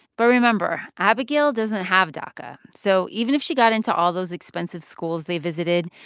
but remember abigail doesn't have daca. so even if she got into all those expensive schools they visited,